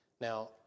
Now